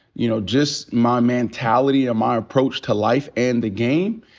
you know, just my mentality and my approach to life and the game,